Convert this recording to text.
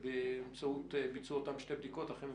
בשביל לבצע את אותו ניתוח סטטיסטי פשוט לגמרי ולעמוד